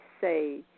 Say